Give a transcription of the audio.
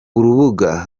urubuga